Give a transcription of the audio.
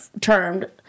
termed